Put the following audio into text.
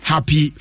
Happy